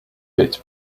bit